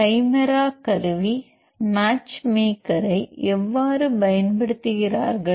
கைமெரா கருவி மேட்ச்மேக்கரை எவ்வாறு பயன்படுத்துகிறார்கள்